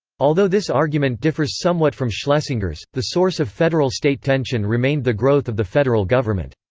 although this argument differs somewhat from schlesinger's, the source of federal-state tension remained the growth of the federal government.